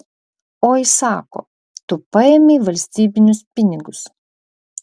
oi sako tu paėmei valstybinius pinigus